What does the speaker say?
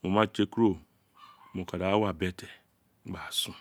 mo ma tse kuro mo ka da wi abete gba sun